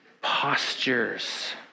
postures